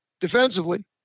defensively